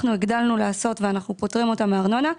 אנחנו הגדלנו לעשות ואנחנו פוטרים אותם מארנונה.